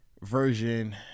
version